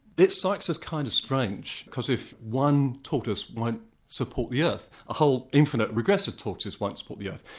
it cites as kind of strange, because if one tortoise won't support the earth a whole infinite regress of ah tortoise won't support the earth.